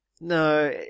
No